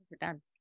done